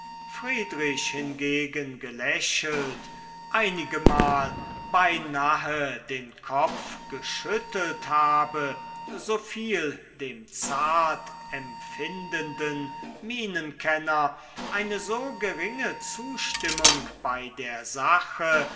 friedrich hingegen gelächelt einigemal beinahe den kopf geschüttelt habe so fiel dem zart empfindenden mienenkenner eine so geringe zustimmung bei der sache